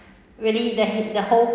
really that hi~ the whole